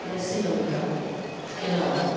दक्षिण America Canada